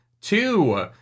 Two